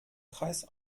kreis